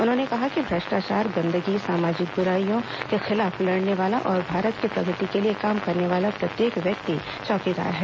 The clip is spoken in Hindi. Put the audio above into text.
उन्होंने कहा कि भ्रष्टाचार गंदगी सामाजिक बुराइयों के खिलाफ लड़ने वाला और भारत की प्रगति के लिए काम करने वाला प्रत्येक व्यक्ति चौकीदार है